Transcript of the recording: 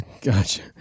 Gotcha